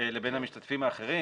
לבין המשתתפים האחרים.